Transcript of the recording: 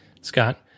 Scott